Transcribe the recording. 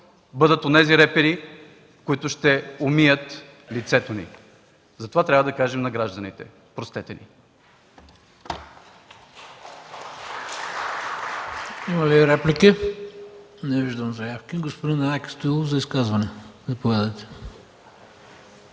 бъдат онези репери, които ще умият лицето ни. Затова трябва да кажем на гражданите: Простете ни!